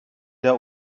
der